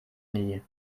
nie